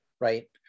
Right